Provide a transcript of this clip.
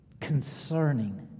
concerning